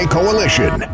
Coalition